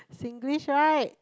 Singlish right